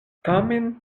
tamen